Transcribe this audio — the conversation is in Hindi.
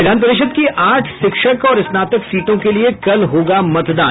विधान परिषद् की आठ शिक्षक और स्नातक सीटों के लिये कल होगा मतदान